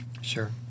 Sure